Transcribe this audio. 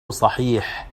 صحيح